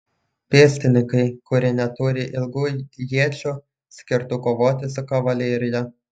pėstininkai kurie neturi ilgų iečių skirtų kovoti su kavalerija